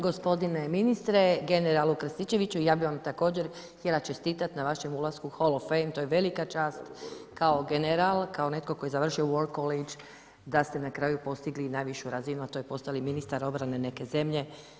Gospodine ministre, generalu Krstičeviću, ja bih vam također htjela čestiti na vašem ulasku u „Hall of fame“, to je velika čast kao general kao neko tko je završio War college da ste na kraju postigli najvišu razinu, a to je postali ministar obrane neke zemlje.